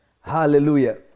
Hallelujah